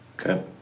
Okay